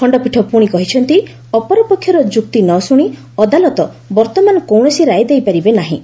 ଖଶ୍ଚପୀଠ ପୁଣି କହିଛନ୍ତି ଅପରପକ୍ଷର ଯୁକ୍ତି ନ ଶୁଣି ଅଦାଲତ ବର୍ତ୍ତମାନ କୌଣସି ରାୟ ଦେଇପାରିବେ ନାହିଁ